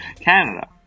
Canada